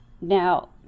Now